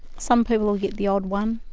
some people get the odd one,